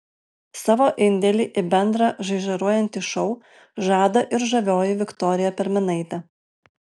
savo indėlį į bendrą žaižaruojantį šou žada ir žavioji viktorija perminaitė